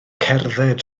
cerdded